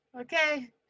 Okay